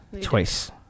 twice